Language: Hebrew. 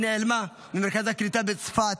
שנעלמה ממרכז הקליטה בצפת.